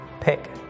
Pick